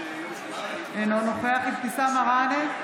אינו נוכח אבתיסאם מראענה,